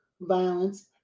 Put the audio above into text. violence